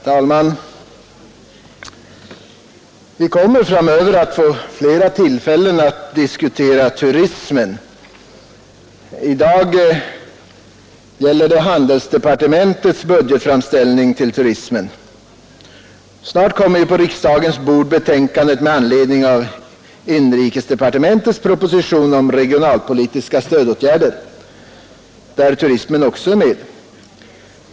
Herr talman! Vi kommer framöver att få flera tillfällen att diskutera turismen. I dag gäller det handelsdepartementets budgetframställning till turismen. Snart kommer på riksdagens bord betänkandet med anledning av inrikesdepartementets proposition om regionalpolitiska åtgärder, där turismen också är med.